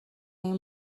این